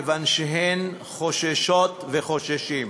כיוון שהם חוששות וחוששים,